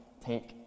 take